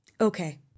okay